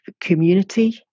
community